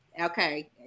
okay